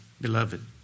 Beloved